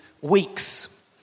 weeks